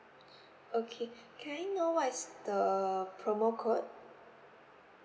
okay can I know what is the promo code